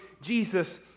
Jesus